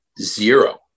zero